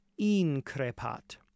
increpat